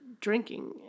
drinking